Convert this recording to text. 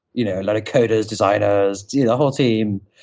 you know a lot of coders, designers, the the whole team,